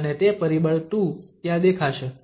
અને તે પરિબળ 2 ત્યાં દેખાશે